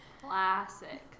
classic